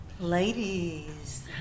Ladies